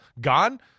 gone